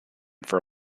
for